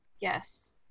Yes